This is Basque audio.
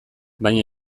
baina